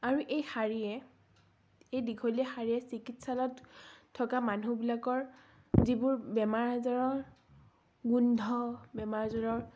আৰু এই শাৰীয়ে এই দীঘলীয়া শাৰীয়ে চিকিৎসালয়ত থকা মানুহবিলাকৰ যিবোৰ বেমাৰ আজাৰৰ গোন্ধ বেমাৰ আজাৰৰ